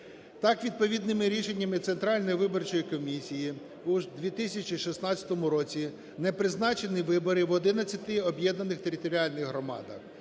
Так, відповідними рішенням Центральної виборчої комісії у 2016 році не призначені вибори в 11 об'єднаних територіальних громадах.